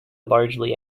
largely